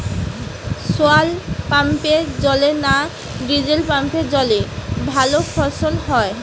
শোলার পাম্পের জলে না ডিজেল পাম্পের জলে ভালো ফসল হয়?